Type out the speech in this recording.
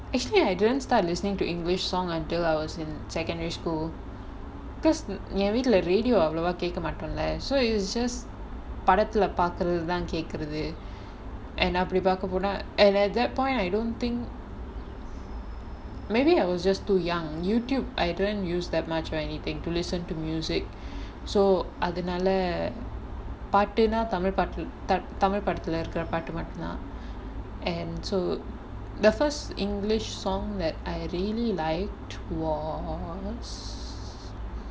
actually I didn't start listening to english song until I was in secondary school because என் வீட்டுல:en veetula radio அவ்லோவா கேக்க மாட்டோல:avlovaa kaekka maattola so we just படத்துல பாக்குறதுதான் கேக்குறது:padathula paakkurathuthaan kaekkurathu and அப்படி பாக்க போனா:appadi paakka ponaa at that point I don't think maybe I was just too young YouTube I don't use that much to listen music so அதுனால பாட்டுனா:athunaala paatunaa tamil படத்துல:padathula tamil படத்துல இருக்குற பாட்டு மட்டும் தான்:padathula irukkura paattu mattum thaan and so the first english song I really liked was